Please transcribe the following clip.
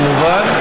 כמובן.